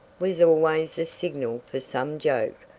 was always the signal for some joke,